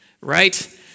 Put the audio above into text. Right